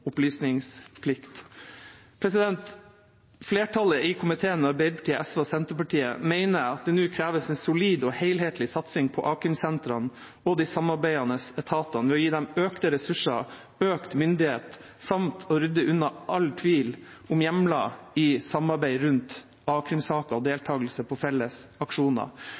opplysningsplikt. Flertallet i komiteen, Arbeiderpartiet, SV og Senterpartiet, mener at det nå kreves en solid og helhetlig satsing på a-krimsentrene og de samarbeidende etatene ved å gi dem økte ressurser, økt myndighet samt å rydde unna all tvil om hjemler i samarbeid rundt a-krimsaker og deltakelse på felles aksjoner.